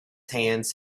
hands